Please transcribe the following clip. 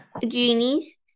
Genies